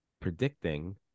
predicting